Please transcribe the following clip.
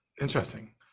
Interesting